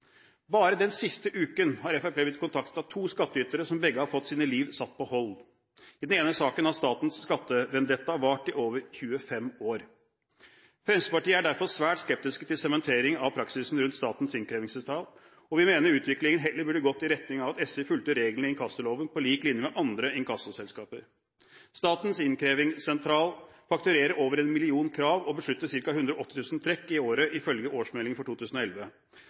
Bare den siste uken har Fremskrittspartiet blitt kontaktet av to skattytere som begge har fått sine liv satt på hold. I den ene saken har statens skattevendetta vart i over 25 år. Fremskrittspartiet er derfor svært skeptisk til sementering av praksisen rundt Statens innkrevingssentral, og vi mener utviklingen heller burde gått i retning av at SI fulgte reglene i inkassoloven på lik linje med andre inkassoselskaper. Statens innkrevingssentral fakturerer over en million krav og beslutter ca. 180 000 trekk i året ifølge årsmeldingen for 2011.